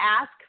ask